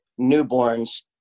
newborns